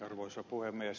arvoisa puhemies